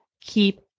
keep